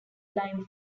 lime